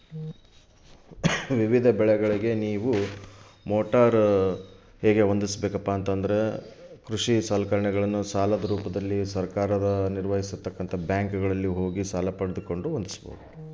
ವಿವಿಧ ಬೆಳೆಗಳಿಗೆ ನಾನು ಹೇಗೆ ಮೋಟಾರ್ ಹೊಂದಿಸಬೇಕು?